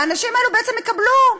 האנשים האלה בעצם יקבלו,